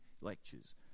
lectures